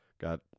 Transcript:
got